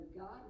God